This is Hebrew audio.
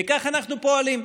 וכך אנחנו פועלים,